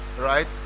right